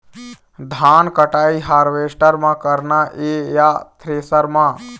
धान कटाई हारवेस्टर म करना ये या थ्रेसर म?